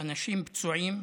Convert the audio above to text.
אנשים פצועים,